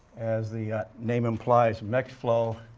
as the name implies, mixed flow